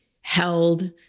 held